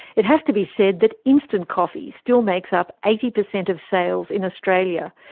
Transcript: it has to be said that instant coffee still makes up eighty percent of sales in australia,